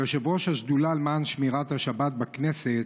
כיושב-ראש השדולה למען שמירת השבת בכנסת